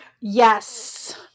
Yes